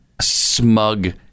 smug